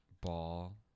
Ball